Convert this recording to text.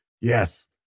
Yes